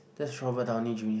that's Robert Downey Junior